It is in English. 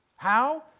how?